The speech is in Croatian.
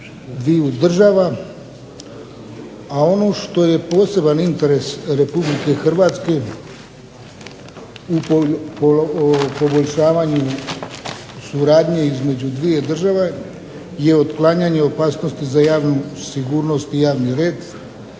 dviju država, a ono što je poseban interes Republike Hrvatske u poboljšavanju suradnje između dvije države je otklanjanje opasnosti za javnu sigurnost i javni red,